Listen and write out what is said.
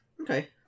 Okay